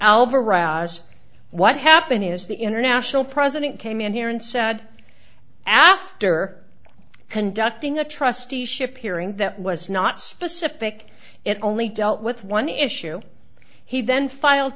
rouse what happen is the international president came in here and said after conducting a trusteeship hearing that was not specific it only dealt with one issue he then filed